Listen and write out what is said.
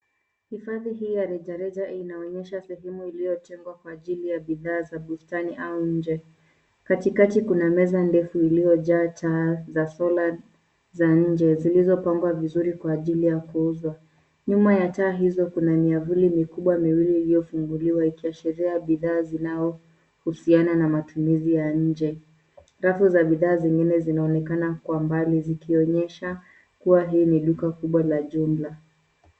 Idara hii ya rejareja inaonyesha sehemu iliyotengwa kwa ajili ya bidhaa za bustani au nje. Katikati kuna meza ndefu iliyojaa taa za solar za nje zilizopangwa vizuri kwa ajili ya kuuzwa. Nyuma ya taa hizo kuna miavuli mikubwa miwili iliyofunguliwa ikiashiria bidhaa zinazohusiana na matumizi ya nje. Rafu za bidhaa zingine zinaonekana kwa mbali zikionyesha kuwa hii ni duka kubwa la jumla.